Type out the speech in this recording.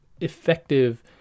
effective